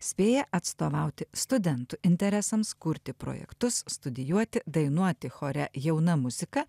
spėja atstovauti studentų interesams kurti projektus studijuoti dainuoti chore jauna muzika